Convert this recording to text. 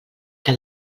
que